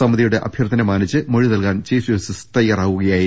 സമിതിയുടെ അഭ്യർത്ഥന മാനിച്ച് മൊഴി നൽകാൻ ചീഫ് ജസ്റ്റിസ് തയ്യാറാവുകയായിരുന്നു